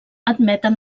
admeten